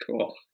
Cool